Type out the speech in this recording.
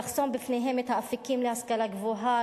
לחסום בפניהן את האפיקים להשכלה גבוהה,